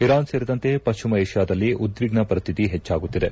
Iran ಸೇರಿದಂತೆ ಪಶ್ಚಿಮ ಏಷ್ಕಾದಲ್ಲಿ ಉದ್ವಿಗ್ನ ಪರಿಸ್ಥಿತಿ ಹೆಚ್ಚಾಗುತ್ತಿದೆ